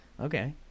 Okay